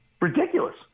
Ridiculous